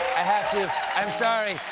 i have to i'm sorry,